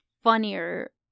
funnier